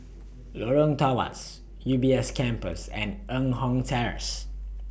Lorong Tawas U B S Campus and Eng Kong Terrace